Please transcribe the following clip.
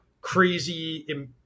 crazy